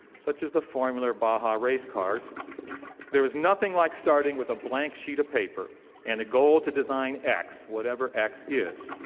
such as the formula baja racecars there's nothing like starting with a blank sheet of paper and a goal to design x, wherever x is,